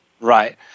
Right